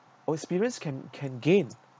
or experience can can gain